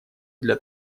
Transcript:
для